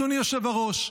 אדוני היושב-ראש,